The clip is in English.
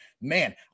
man